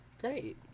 Great